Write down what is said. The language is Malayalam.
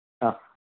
ആ